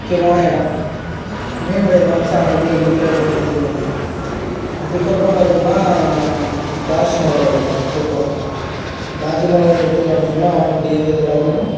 முக்கியமான இடம் இமயமலையை காமிச்சால் ஆட்டோமெட்டிக்காக இந்தியான்னு எல்லாம் புரிஞ்சிக்குவாங்க அதற்கப்பறம் பார்த்தோம்ன்னா தாஜ்மஹால் எடுப்பேன் ஃபோட்டோ தாஜ்மஹாலை எடுத்து காம்மிச்சோம்ன்னா ஆட்டோமெட்டிக்காகவே எல்லாத்துக்கும்